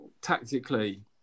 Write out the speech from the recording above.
tactically